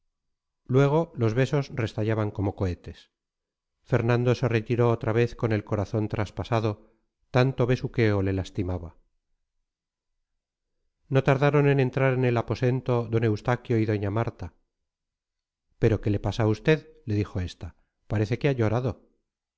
luego los besos restallaban como cohetes fernando se retiró otra vez con el corazón traspasado tanto besuqueo le lastimaba no tardaron en entrar en el aposento don eustaquio y doña marta pero qué le pasa a usted le dijo esta parece que ha llorado